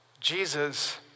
Jesus